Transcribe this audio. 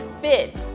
fit